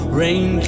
rain